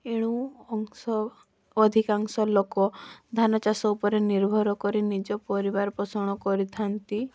ଏଣୁ ଅଂଶ ଅଧିକାଂଶ ଲୋକ ଧାନ ଚାଷ ଉପରେ ନିର୍ଭର କରି ନିଜ ପରିବାର ପୋଷଣ କରିଥାଆନ୍ତି